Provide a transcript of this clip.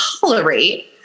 tolerate